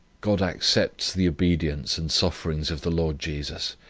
god accepts the obedience and sufferings of the lord jesus,